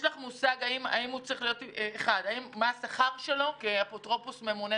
יש לך מושג מה השכר שלו כאפוטרופוס ממונה,